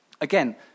Again